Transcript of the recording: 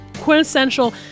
quintessential